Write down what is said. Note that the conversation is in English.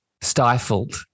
stifled